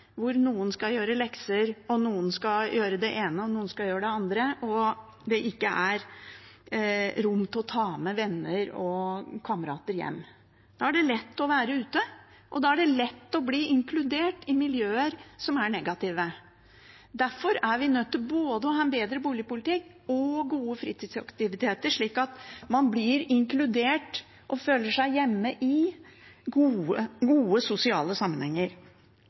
hvor noen skal gjøre lekser, noen skal gjøre det ene, og noen skal gjøre det andre, og det ikke er rom til å ta med venner og kamerater hjem. Da er det lett å være ute, og da er det lett å bli inkludert i miljøer som er negative. Derfor er vi nødt til å ha både bedre boligpolitikk og gode fritidsaktiviteter, slik at man blir inkludert og føler seg hjemme i gode, sosiale sammenhenger.